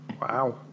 Wow